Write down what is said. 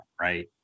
right